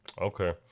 Okay